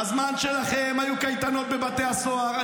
בזמן שלכם היו קייטנות בבתי הסוהר,